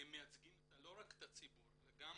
הם מייצגים לא רק את הציבור אלא הם גם